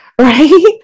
Right